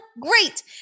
Great